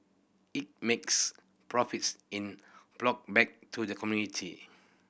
it makes profits in ploughed back to the community